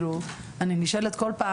אני נשאלת כל פעם,